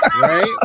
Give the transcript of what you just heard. right